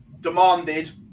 demanded